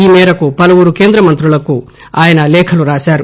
ఈ మేరకు పలువురు కేంద్ర మంత్రులకు ఆయన లేఖలు రాశారు